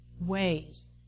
ways